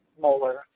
molar